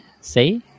Say